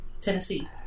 Tennessee